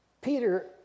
Peter